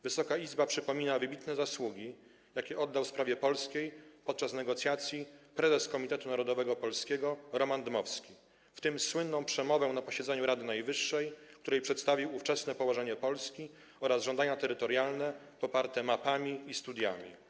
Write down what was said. Wysoka Izba przypomina wybitne zasługi, jakie oddał sprawie polskiej podczas negocjacji Prezes Komitetu Narodowego Polskiego Roman Dmowski, w tym słynną przemowę na posiedzeniu Rady Najwyższej, w której przedstawił ówczesne położenie Polski oraz żądania terytorialne poparte mapami i studiami.